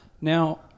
Now